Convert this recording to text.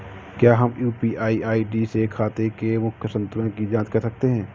क्या हम UPI ID से खाते के मूख्य संतुलन की जाँच कर सकते हैं?